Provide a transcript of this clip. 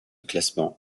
classement